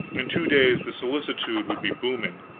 in two days the solicitude would be booming.